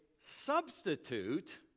substitute